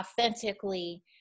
authentically